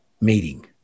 meeting